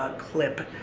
ah clip,